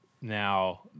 Now